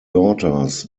daughters